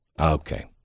Okay